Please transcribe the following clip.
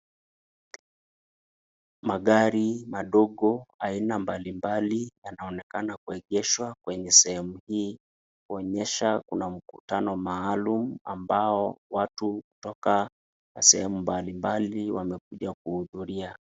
Magari madogo aina mbalimbali, yanaonekana kuegeshwa kwenye sehemu hii kuonyesha kuna mkutano maalum ambao watu kutoka sehemu mbalimbali wamekuja kuhudhuria.